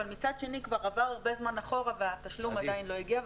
אבל מצד שני כבר עבר הרבה זמן אחורה והתשלום עדיין לא הגיע,